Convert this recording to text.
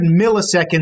milliseconds